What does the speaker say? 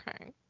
okay